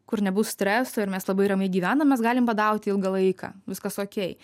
kur nebus streso ir mes labai ramiai gyvenam mes galim badauti ilgą laiką viskas okei